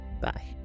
Bye